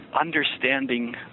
understanding